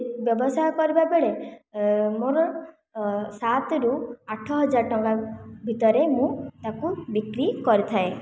ବ୍ୟବସାୟ କରିବା ବେଳେ ମୋର ସାତେ ରୁ ଆଠ ହଜାର ଟଙ୍କା ଭିତରେ ମୁଁ ତାକୁ ବିକ୍ରି କରି ଥାଏ